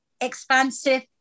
expansive